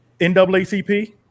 naacp